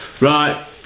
Right